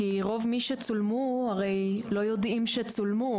רוב מי שצולמו הרי לא יודעים שצולמו.